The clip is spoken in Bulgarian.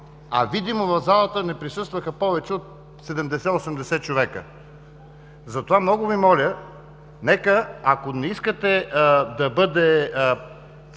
а видимо в залата не присъстваха повече от 70-80 човека. Затова много Ви моля, ако не искате да бъде